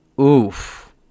Oof